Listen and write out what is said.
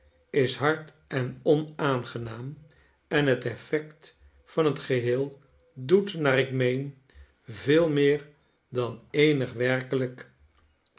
is hard en onaangenaam en het effect van het geheel doet naar ik meen veel meer dan eenig werkelijk